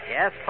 Yes